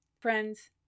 Friends